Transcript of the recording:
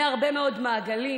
מורכבת מהרבה מאוד מעגלים.